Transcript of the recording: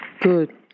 Good